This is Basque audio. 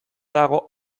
dago